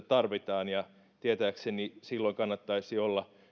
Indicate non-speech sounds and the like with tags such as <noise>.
<unintelligible> tarvitaan ja tietääkseni silloin kannattaisi olla